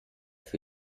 für